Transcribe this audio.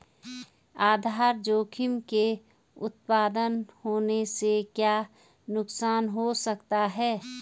आधार जोखिम के उत्तपन होने से क्या नुकसान हो सकता है?